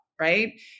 right